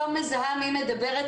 אני לא מזהה מי מדברת,